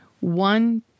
one